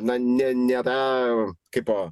na ne nėra kaipo